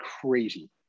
crazy